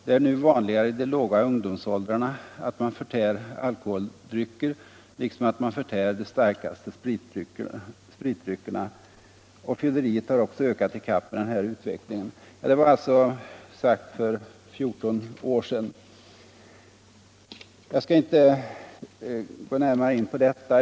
Det är nu vanligare i de låga ungdomsåldrarna att man förtär alkoholdrycker liksom att man förtär de starkare spritdryckerna. Och fylleriet har också ökat i kapp med den här utvecklingen.” Det var alltså sagt för 14 år sedan. Jag skall inte gå närmare in på detta.